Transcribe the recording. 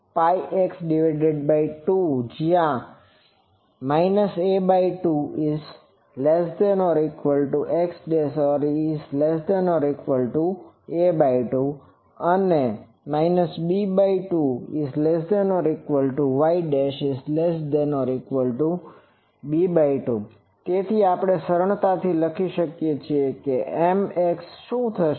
cos x2 જ્યાં -a2xa2 અને b2y'b2 તેથી આપણે સરળતાથી લખી શકીએ કે Mx શું થશે